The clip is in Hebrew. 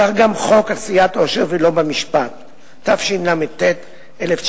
כך, גם חוק עשיית עושר ולא במשפט, התשל"ט 1979,